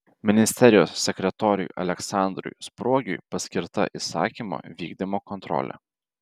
ministerijos sekretoriui aleksandrui spruogiui paskirta įsakymo vykdymo kontrolė